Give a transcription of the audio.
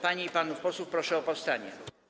Panie i panów posłów proszę o powstanie.